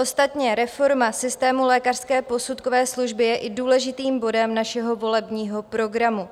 Ostatně reforma systému lékařské posudkové služby je i důležitým bodem našeho volebního programu.